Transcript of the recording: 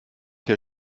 herr